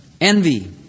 Envy